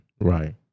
Right